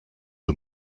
der